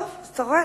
טוב, אתה רואה.